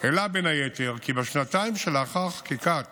העלה בין היתר כי בשנתיים שלאחר חקיקת